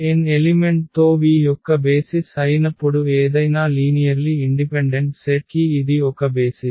N element తో V యొక్క basis అయినప్పుడు ఏదైనా లీనియర్లి ఇండిపెండెంట్ సెట్ కి ఇది ఒక బేసిస్